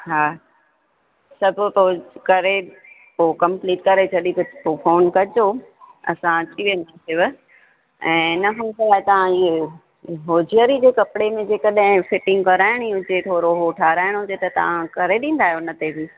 हा त पोइ सो करे पो कम्पलीट करे जॾहिं पोइ फोन कजो असां अची वेंदासीं ऐं हिन खां पोइ तव्हां होजरी जो कपिड़े में जेकॾहिं फिटिंग कराइणी हुजे थोरो उहो ठाहिराइणो हुजे त तव्हां करे ॾींदा आहियो उन ते बि